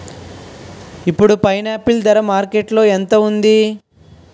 ఇప్పుడు పైనాపిల్ ధర మార్కెట్లో ఎంత ఉంది?